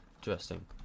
Interesting